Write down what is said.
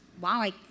wow